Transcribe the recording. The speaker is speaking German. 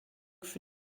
für